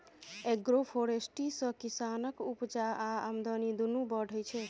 agroforestry सँ किसानक उपजा आ आमदनी दुनु बढ़य छै